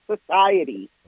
Society